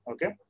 Okay